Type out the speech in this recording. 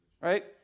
Right